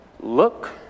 Look